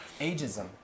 Ageism